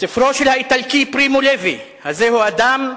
בספרו של האיטלקי פרימו לוי, "הזהו אדם?",